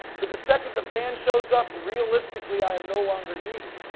but the second the band shows up, realistically, i am no longer needed.